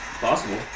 Possible